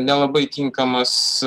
nelabai tinkamas